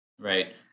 Right